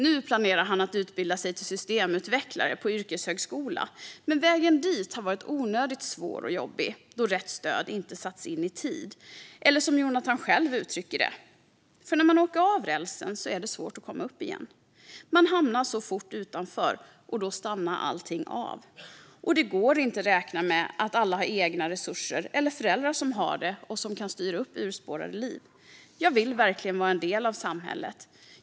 Nu planerar han att utbilda sig till systemutvecklare på yrkeshögskola, men vägen dit har varit onödigt svår och jobbig då rätt stöd inte satts in i tid - eller som Jonathan själv uttrycker det: När man åker av rälsen är det svårt att komma upp igen. Man hamnar fort utanför, och då stannar allting av. Det går inte att räkna med att alla har egna resurser eller föräldrar som har det och som kan styra upp urspårade liv. Jag vill verkligen vara en del av samhället.